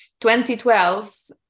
2012